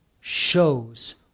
shows